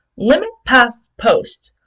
limit past posts,